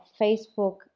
Facebook